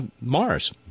Mars